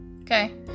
Okay